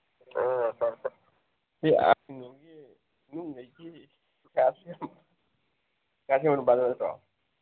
ꯁꯤ ꯀꯩꯅꯣꯒꯤ ꯉꯥ ꯁꯦꯝꯕꯝ ꯅꯨꯄꯥꯗꯣ ꯅꯠꯇ꯭ꯔꯣ